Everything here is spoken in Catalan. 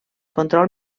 control